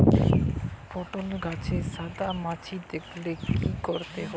পটলে গাছে সাদা মাছি দেখালে কি করতে হবে?